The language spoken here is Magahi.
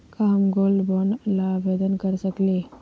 का हम गोल्ड बॉन्ड ल आवेदन कर सकली?